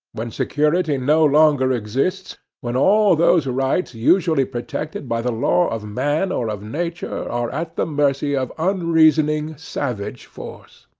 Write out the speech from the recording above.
when security no longer exists, when all those rights usually protected by the law of man or of nature are at the mercy of unreasoning, savage force.